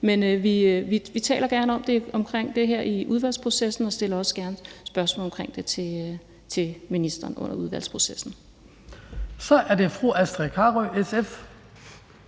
men vi taler gerne om det i udvalgsprocessen og stiller også gerne spørgsmål omkring det til ministeren under udvalgsprocessen. Kl. 16:15 Den fg.